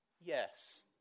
Yes